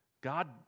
God